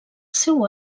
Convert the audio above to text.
seu